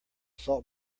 salt